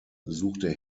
besuchte